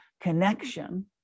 connection